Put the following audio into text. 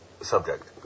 subject